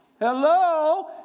Hello